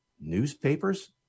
newspapers